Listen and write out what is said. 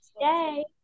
yay